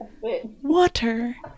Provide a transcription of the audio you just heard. Water